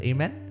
Amen